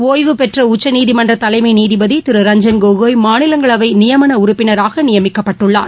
ஒய்வு பெற்ற உச்சநீதிமன்ற தலைமை நீதிபதி திரு ரஞ்சன் கோகோய் மாநிலங்களவை நியமன உறுப்பினராக நியமிக்கப்பட்டுள்ளார்